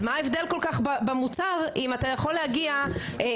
אז מה ההבדל כל כך במוצר אם אתה יכול להגיע גם